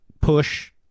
push